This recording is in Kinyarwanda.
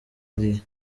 iri